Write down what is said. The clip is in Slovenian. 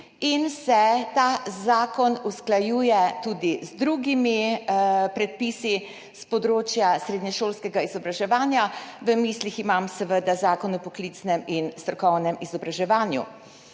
in se ta zakon usklajuje tudi z drugimi predpisi s področja srednješolskega izobraževanja, v mislih imam seveda Zakon o poklicnem in strokovnem izobraževanju.